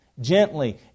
gently